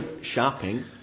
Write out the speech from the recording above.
shopping